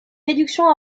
réduction